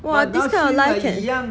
!wah! this kind of life can